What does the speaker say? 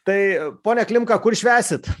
tai pone klimka kur švęsit